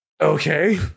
Okay